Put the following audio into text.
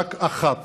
רק אחת